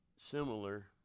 similar